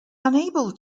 unable